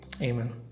Amen